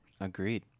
Agreed